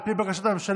על פי בקשת הממשלה,